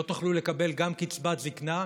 לא תוכלו לקבל גם קצבת זקנה,